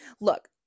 Look